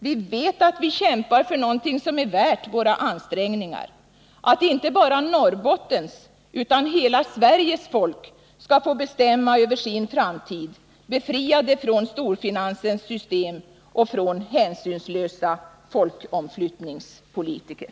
Vi vet att vi kämpar för något som är värt våra ansträngningar: att inte bara Norrbottens utan hela Sveriges folk skall få bestämma över sin framtid, befriat från storfinansens system och från hänsynslösa folkomflyttningspolitiker.